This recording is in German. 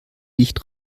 nicht